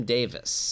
Davis